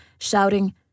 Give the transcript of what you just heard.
shouting